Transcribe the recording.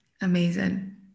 Amazing